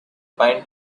pine